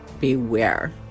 Beware